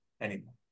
anymore